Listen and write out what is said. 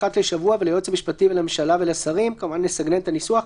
חוק ומשפט אחת לשבוע וליועץ המשפטי לממשלה ולשרים על המספר